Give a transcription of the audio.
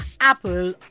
Apple